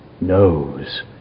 knows